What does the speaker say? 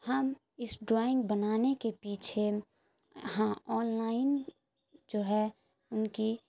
ہم اس ڈرائنگ بنانے کے پیچھے ہاں آن لائن جو ہے ان کی